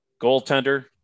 Goaltender